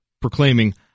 proclaiming